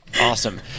Awesome